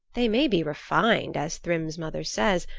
they may be refined, as thrym's mother says,